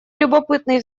любопытный